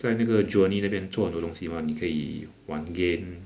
在那个 journey 那边做很多东西 mah 你可以玩 game